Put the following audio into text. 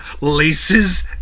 Laces